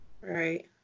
Right